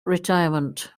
retirement